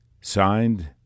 Signed